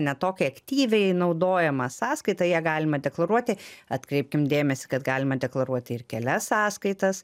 ne tokią aktyviai naudojamą sąskaitą ją galima deklaruoti atkreipkim dėmesį kad galima deklaruoti ir kelias sąskaitas